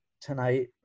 tonight